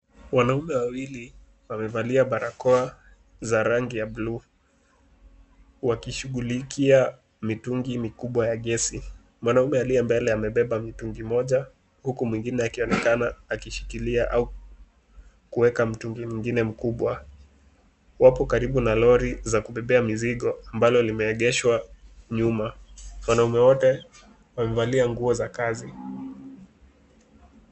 Wanaume wawili wamevalia barakoa za rangi ya buluu, wakishughulikia mitungi mikubwa ya gesi. Mwanaume aliye mbele amebeba mitungi moja huku mwingine akionekana akishikilia au kuweka mtungi mwingine mkubwa. Wapo karibu na lori za kubebea mzigo ambalo limeegeshwa nyuma. Wanaume wote wamevalia nguo za kazi.